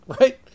Right